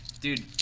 dude